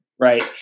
Right